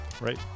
Right